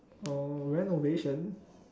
oh renovation